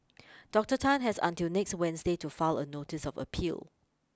Doctor Tan has until next Wednesday to file a notice of appeal